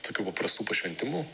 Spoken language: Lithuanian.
tokių paprastų pašventimų